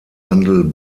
handel